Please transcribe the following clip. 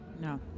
No